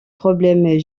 problèmes